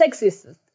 sexist